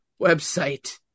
website